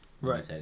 Right